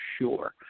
sure